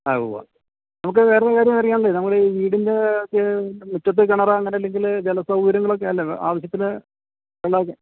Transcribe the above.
ആ ഉവ്വവ്വാ നമുക്ക് വേറൊരു കാര്യം അറിയാനുള്ളതേ നമ്മളീ വീടിൻ്റെ മുറ്റത്ത് കിണറോ അങ്ങനെയല്ലെങ്കില് ജല സൗകര്യങ്ങളൊക്കെ അല്ല ആവശ്യത്തിനു വെള്ളമൊക്കെ